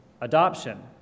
adoption